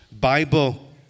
Bible